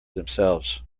themselves